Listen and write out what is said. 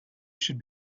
should